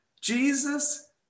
Jesus